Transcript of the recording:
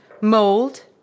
mold